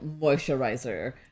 moisturizer